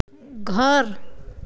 घर